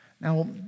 Now